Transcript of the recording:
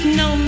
no